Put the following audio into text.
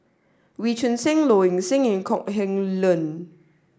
Wee Choon Seng Low Ing Sing and Kok Heng Leun